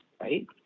Right